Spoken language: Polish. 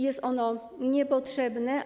Jest ono niepotrzebne.